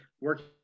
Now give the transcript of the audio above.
working